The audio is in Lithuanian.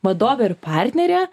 vadovė ir partnerė